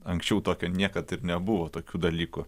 anksčiau tokio niekad ir nebuvo tokių dalykų